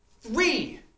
Three